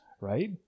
Right